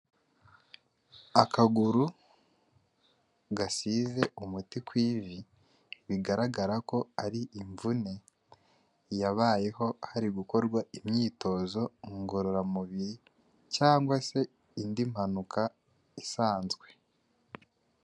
Akaguru gasize umuti ku ivi bigaragara ko ari imvune yabayeho hari gukorwa imyitozo ngororamubiri cyangwa se indi mpanuka isanzwe.